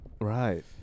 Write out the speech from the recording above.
Right